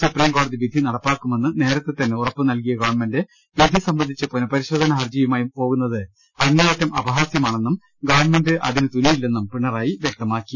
supreme കോടതി വിധി നടപ്പാക്കുമെന്ന് നേരത്തെ തന്നെ ഉറപ്പു നൽകിയ ഗവൺമെന്റ് വിധി സംബന്ധിച്ച് പുനപരിശോധന ഹർജിയുമായി പോകുന്നത് അങ്ങേയറ്റം അപഹാസൃമാണെന്നും ഗവൺമെന്റ് അതിന് തുനിയില്ലെന്നും പിണറായി വ്യക്തമാക്കി